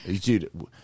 Dude